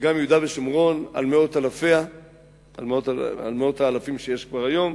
שגם יהודה ושומרון על מאות האלפים שיש שם כבר היום,